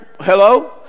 hello